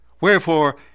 Wherefore